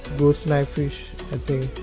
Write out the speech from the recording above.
ghost knife fish i think